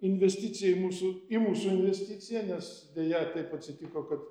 investicija į mūsų į mūsų investiciją nes deja taip atsitiko kad